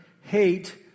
hate